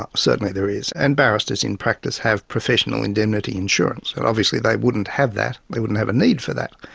ah certainly there is. and barristers in practice have professional indemnity insurance. and obviously they wouldn't have that, they wouldn't have a need for that,